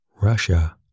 Russia